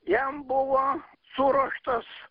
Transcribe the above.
jam buvo suruoštos